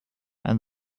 and